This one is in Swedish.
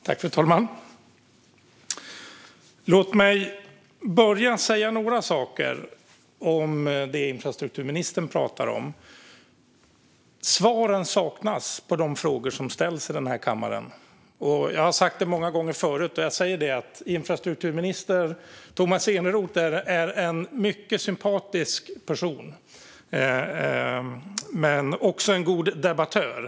Fru talman! Låt mig säga några ord om det infrastrukturministern pratade om, nämligen att svaren saknas på de frågor som ställs i kammaren. Jag har sagt det många gånger förut, och jag säger nu att infrastrukturminister Tomas Eneroth är en mycket sympatisk person men också en god debattör.